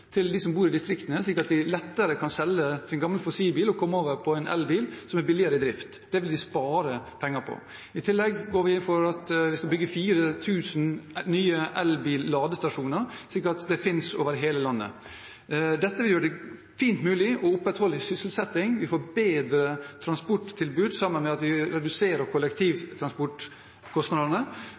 de lettere kan selge sin gamle fossilbil og komme over på en elbil som er billigere i drift. Det vil de spare penger på. I tillegg går vi for å bygge 4 000 nye ladestasjoner for elbil, slik at det finnes over hele landet. Dette vil gjøre det fint mulig å opprettholde sysselsettingen, og vi får et bedre transporttilbud, samtidig som vi reduserer kollektivtransportkostnadene.